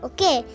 Okay